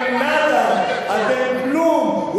כצל'ה, בינתיים השפענו יותר מאשר אתה